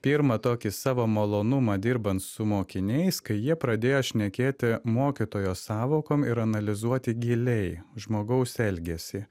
pirmą tokį savo malonumą dirbant su mokiniais kai jie pradėjo šnekėti mokytojo sąvokom ir analizuoti giliai žmogaus elgesį